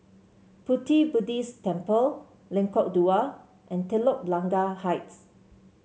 Pu Ti Buddhist Temple Lengkok Dua and Telok Blangah Heights